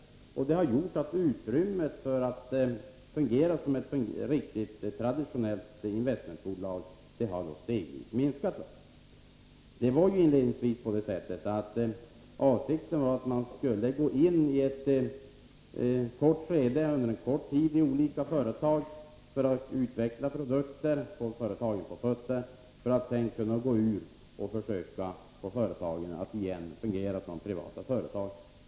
Det har gjort att utrymmet för Regioninvest att fungera som ett traditionellt investmentbolag efter hand har minskat. I början var avsikten att man under en kort tid skulle gå in i olika företag för att utveckla produkter och få företagen på fötter. Därefter skulle man försöka få dem att fungera som privata företag.